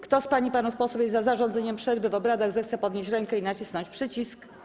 Kto z pań i panów posłów jest za zarządzeniem przerwy w obradach, zechce podnieść rękę i nacisnąć przycisk.